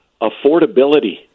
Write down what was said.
affordability